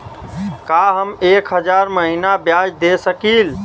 का हम एक हज़ार महीना ब्याज दे सकील?